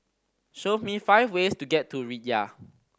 show me five ways to get to Riyadh